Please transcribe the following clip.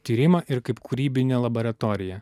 tyrimą ir kaip kūrybinę labaratoriją